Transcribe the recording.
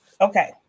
Okay